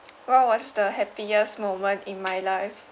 what was the happiest moment in my life